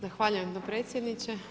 Zahvaljujem potpredsjedniče.